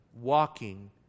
walking